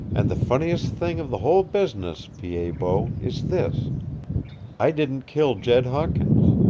and the funniest thing of the whole business, pied-bot, is this i didn't kill jed hawkins.